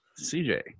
CJ